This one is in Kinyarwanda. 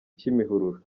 kimihurura